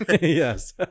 yes